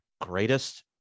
greatest